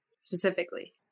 specifically